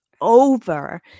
over